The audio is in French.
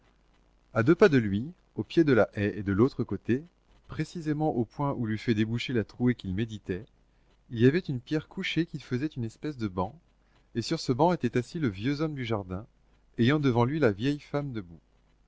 à deux pas de lui au pied de la haie et de l'autre côté précisément au point où l'eût fait déboucher la trouée qu'il méditait il y avait une pierre couchée qui faisait une espèce de banc et sur ce banc était assis le vieux homme du jardin ayant devant lui la vieille femme debout